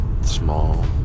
Small